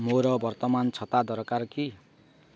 ମୋର ବର୍ତ୍ତମାନ ଛତା ଦରକାର କି